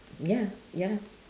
ya ya lah